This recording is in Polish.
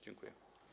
Dziękuję.